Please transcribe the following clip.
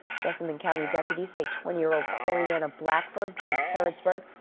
jessamine county deputies say twenty year-old korianna blackford, from harrodsburg,